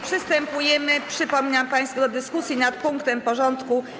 Przystępujemy, przypominam państwu, do dyskusji nad punktem porządku: